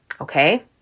okay